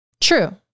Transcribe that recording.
true